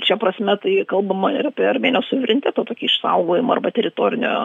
šia prasme tai kalbama ir apie armėnijos suvereniteto tokį išsaugojimą arba teritorinio